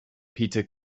peter